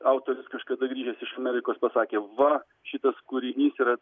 autorius kažkada grįžęs iš amerikos pasakė va šitas kūrinys yra